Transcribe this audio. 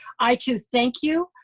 i, too, thank you.